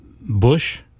Bush